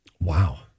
Wow